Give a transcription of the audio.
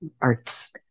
arts